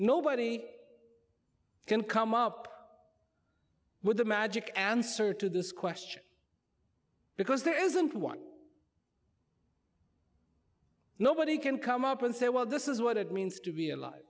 nobody can come up with a magic answer to this question because there isn't one nobody can come up and say well this is what it means to be alive